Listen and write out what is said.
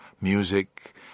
music